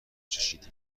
چشیدم